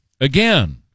again